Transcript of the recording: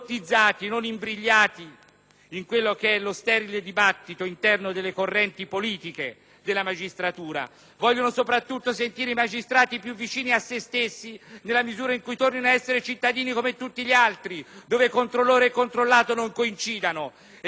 nello sterile dibattito interno delle correnti politiche della magistratura. Vogliono soprattutto sentire i magistrati più vicini a sé stessi nella misura in cui tornino ad essere cittadini come tutti gli altri, dove controllore e controllato non coincidano e dove chi